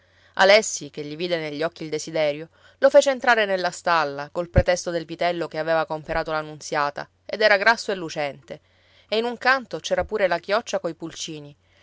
alessi che gli vide negli occhi il desiderio lo fece entrare nella stalla col pretesto del vitello che aveva comperato la nunziata ed era grasso e lucente e in un canto c'era pure la chioccia coi pulcini